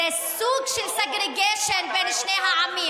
זה סוג של segregation בין שני העמים.